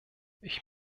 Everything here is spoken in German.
ich